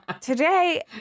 Today